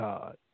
God